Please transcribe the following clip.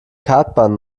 kartbahn